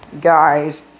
guys